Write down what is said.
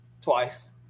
twice